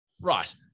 Right